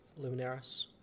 luminaris